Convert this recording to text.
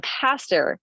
pastor